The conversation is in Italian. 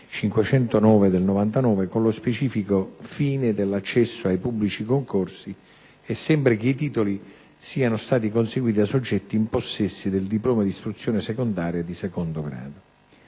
509 del 1999 con lo specifico fine dell'accesso ai pubblici concorsi e sempre che i titoli siano stati conseguiti da soggetti in possesso del diploma di istruzione secondaria di secondo grado.